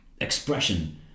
expression